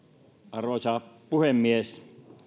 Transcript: arvoisa puhemies